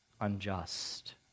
unjust